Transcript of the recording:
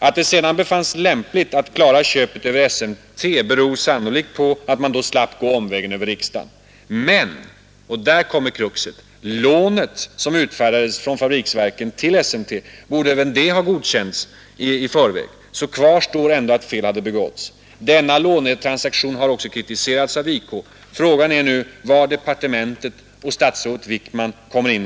Att det sedan befanns lämpligt att klara köpet över SMT beror sannolikt på att man då slapp gå omvägen över riksdagen. Men — och där kommer kruxet — även det lån som utfärdades av fabriksverken till SMT borde ha godkänts i förväg. Kvar står alltså att fel har begåtts. Denna lånetransaktion har också kritiserats av JK. Frågan är nu var någonstans departementet och statsrådet Wickman kommer in.